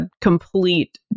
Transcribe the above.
complete